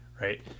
Right